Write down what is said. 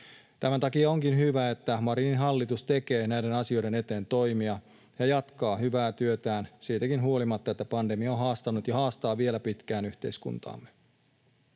Tämän takia onkin hyvä, että Marinin hallitus tekee näiden asioiden eteen toimia ja jatkaa hyvää työtään siitäkin huolimatta, että pandemia on haastanut ja haastaa vielä pitkään yhteiskuntaamme.